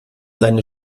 seine